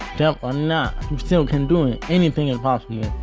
deaf or not, you still can do it. anything is possible